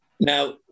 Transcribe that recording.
Now